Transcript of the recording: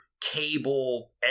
cable